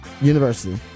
University